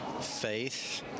faith